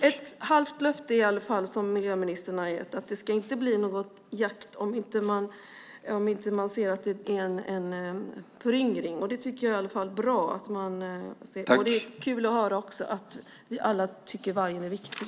Miljöministern har i alla fall gett ett halvt löfte om att det inte ska bli någon jakt om man inte ser en föryngring, och det är bra. Det är också roligt att höra att vi alla tycker att vargen är viktig.